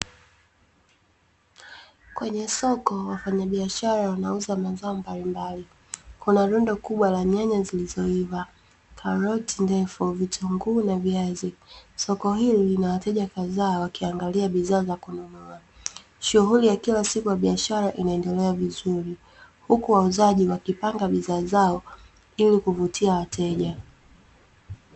Kwenye soko, wafanyabiashara wanauza mazao mbalimbali. Kuna rundo kubwa la nyanya zilizoiva, karoti ndefu, vitunguu na viazi. Soko hili lina wateja kadhaa wakiangalia bidhaa za kununua. Shughuli ya kila siku ya biashara inaendelea vizuri. Huku wauzaji wakipanga bidhaa zao ili kuvutia wateja.